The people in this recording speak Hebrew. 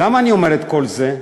למה אני אומר את כל זה?